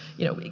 you know,